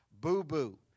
boo-boo